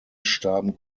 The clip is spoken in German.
starben